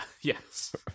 Yes